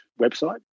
website